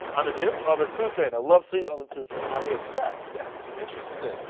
on the two? on the two train, a loveseat on the two train. on the express. yes. interesting.